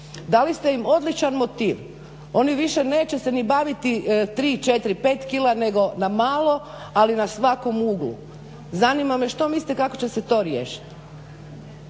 Dali ste im odličan motiv. Oni više neće se ni baviti 3, 4, 5 kg nego na malo, ali na svakom uglu. Zanima me što mislite kako će se to riješiti?